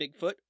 Bigfoot